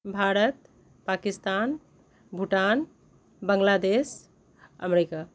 Bharat Pakistan Bhutan Bangladesh America